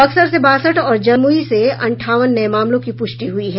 बक्सर से बासठ और जमूई से अंठावन नये मामलों की प्रष्टि हुई है